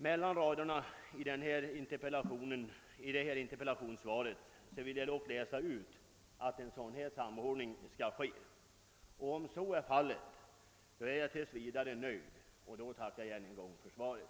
Mellan raderna i interpellationssvaret vill jag dock läsa ut, att en sådan samordning skall komma till stånd. Om så är fallet är jag tills vidare nöjd, och då tackar jag än en gång för svaret.